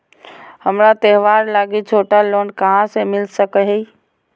हमरा त्योहार लागि छोटा लोन कहाँ से मिल सको हइ?